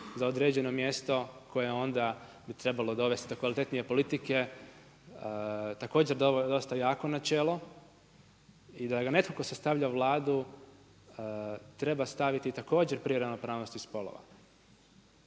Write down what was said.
za određeno mjesto koje onda bi trebalo dovesti do kvalitetnije politike, također dosta jako načelo i da netko tko sastavlja Vladu treba staviti također prije ravnopravnosti spolova.